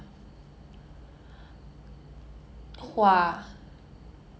I don't know what 花 but okay